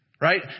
Right